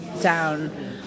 down